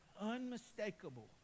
unmistakable